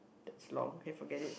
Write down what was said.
that's long okay forget it